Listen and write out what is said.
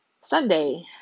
Sunday